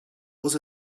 was